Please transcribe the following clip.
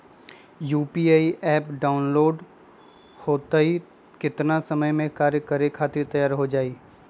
UPI app download होई त कितना समय मे कार्य करे खातीर तैयार हो जाई?